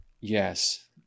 Yes